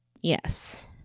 Yes